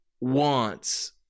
wants